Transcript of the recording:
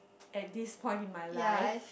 at this point in my life